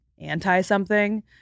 anti-something